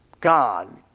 God